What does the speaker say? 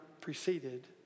preceded